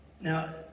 Now